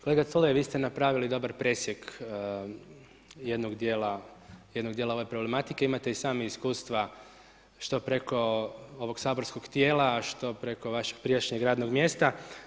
Kolega Culej, vi ste napravili dobar presjek jednog dijela ove problematike, imate i sami iskustva, što preko ovog saborskog tijela, što preko vašeg prijašnjeg radnog mjesta.